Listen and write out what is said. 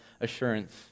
assurance